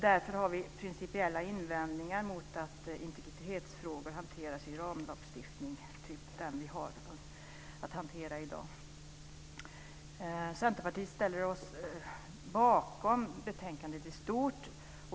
Därför har vi principiella invändningar mot att integritetsfrågor hanteras i ramlagstiftning, typ den vi har att besluta om i dag. Centerpartiet ställer sig bakom betänkandet i stort.